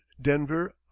Denver